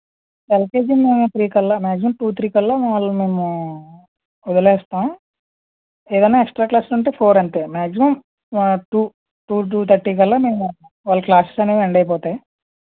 LKG మా three కల్లా maximum two three కల్లా వాళ్ళని మేము వదిలేస్తాం ఏదైనా ఎక్స్ట్రా క్లాస్లుంటే ఫోర్ అంతే maximum two two two thirty కల్లా వాళ్ళ క్లాస్సెస్ అనేవి ఎండ్ అయిపోతాయి